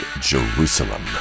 jerusalem